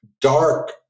dark